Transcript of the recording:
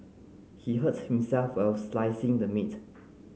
he hurts himself while slicing the meat